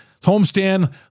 Homestand